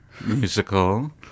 musical